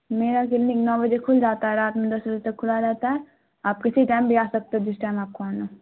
میرا کلینک نو بجے کھل جاتا ہے رات میں دس بجے تک کھلا رہتا ہے آپ کسی ٹائم بھی آ سکتے ہو جس ٹائم آپ کو آنا ہو